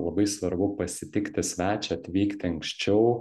labai svarbu pasitikti svečią atvykti anksčiau